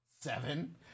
Seven